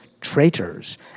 traitors